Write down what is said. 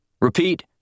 Repeat